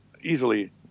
easily